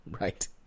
Right